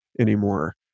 anymore